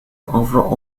over